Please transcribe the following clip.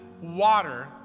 water